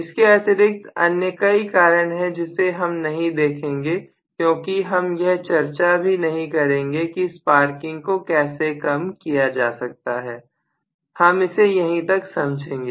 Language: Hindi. इसके अतिरिक्त अन्य कई कारण है जिसे हम नहीं देखेंगे क्योंकि हम यह चर्चा भी नहीं करेंगे कि स्पार्किंग को कैसे कम किया जा सकता है हम इसे यहीं तक समझेंगे